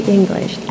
English